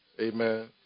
Amen